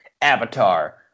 avatar